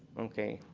okay.